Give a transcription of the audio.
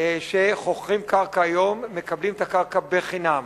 שחוכרים קרקע היום, מקבלים את הקרקע בחינם,